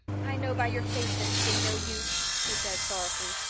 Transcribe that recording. i know by your face that it's been no use, she said sorrowfully.